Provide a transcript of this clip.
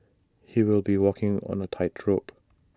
he'll be walking on A tightrope